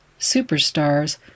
superstars